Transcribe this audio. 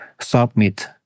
submit